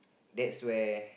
that's way